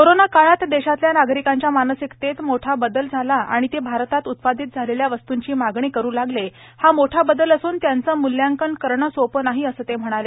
corona काळात देशातल्या नागरिकांच्या मानसिकतेत मोठा बदल झाला आणि ते भारतात उत्पादित झालेल्या वस्तूंची मागणी करू लागले हा मोठा बदल असून त्याचं मूल्यांकन करणं सोपं नाही असं ते म्हणाले